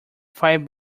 five